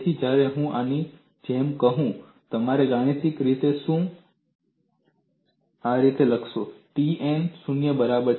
તેથી જ્યારે હું આની જેમ કહું ત્યારે ગાણિતિક રીતે હું તેને આ રીતે લખીશ T n શૂન્ય બરાબર